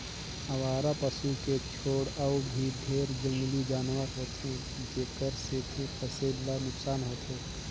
अवारा पसू के छोड़ अउ भी ढेरे जंगली जानवर होथे जेखर सेंथी फसिल ल नुकसान होथे